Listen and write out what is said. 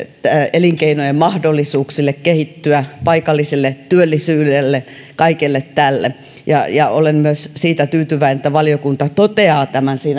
elinkeinojen mahdollisuuksille kehittyä paikalliselle työllisyydelle kaikelle tälle olen myös siitä tyytyväinen että valiokunta toteaa